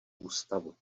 ústavu